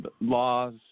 Laws